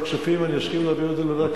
כספים אסכים להעביר את זה לוועדת כספים.